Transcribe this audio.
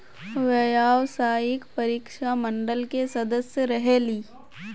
व्यावसायिक परीक्षा मंडल के सदस्य रहे ली?